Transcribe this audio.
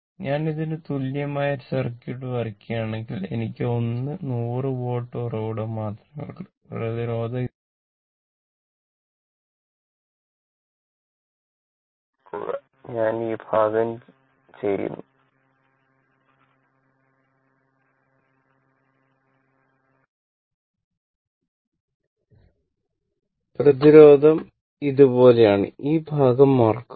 ഞാൻ ഇതിന് തുല്യമായ ഒരു സർക്യൂട്ട് വരയ്ക്കുകയാണെങ്കിൽ എനിക്ക് ഒന്ന് 100 വോൾട്ട് ഉറവിടം മാത്രമേയുള്ളൂ പ്രതിരോധം ഇതുപോലെയാണ് ഈ ഭാഗം മറക്കുക